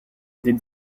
des